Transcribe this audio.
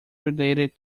related